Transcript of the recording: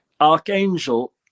archangel